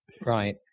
Right